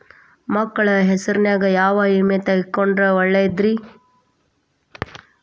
ಮಕ್ಕಳ ಹೆಸರಿನ್ಯಾಗ ಯಾವ ವಿಮೆ ತೊಗೊಂಡ್ರ ಒಳ್ಳೆದ್ರಿ?